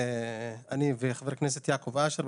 אני וחבר הכנסת יעקב אשר.